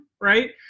right